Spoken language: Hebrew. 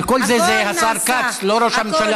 אבל כל זה זה השר כץ, לא ראש הממשלה.